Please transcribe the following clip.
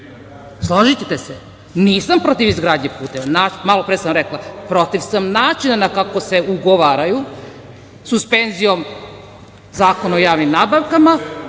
Složićete se. Nisam protiv izgradnje puteva. Malopre sam rekla, protiv sam načina kako se ugovaraju, suspenzijom Zakona o javnim nabavkama